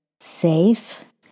safe